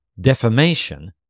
Defamation